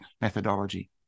methodology